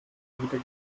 wieder